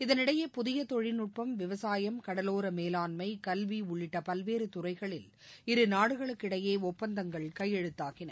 இதனிடையே புதிய தொழில்நுட்பம் விவசாயம் கடலோர மேலாண்ளம் கல்வி உள்ளிட்ட பல்வேறு துறைகளில் இரு நாடுகளுகிடையே ஒப்பந்தங்கள் கையெழுத்தாகின